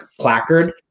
placard